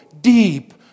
deep